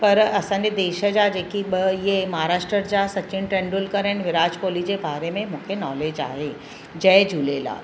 पर असांजे देश जा जेके ॿ इहे महाराष्ट्र जा सचिन तेंदुलकर आहिनि विराट कोहली जे बारे में मूंखे नॉलेज आहे जय झूलेलाल